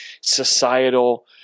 societal